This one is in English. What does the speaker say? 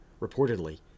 Reportedly